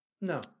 No